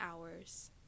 hours